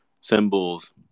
symbols